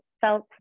felt